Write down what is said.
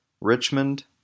Richmond